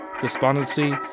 despondency